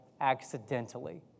accidentally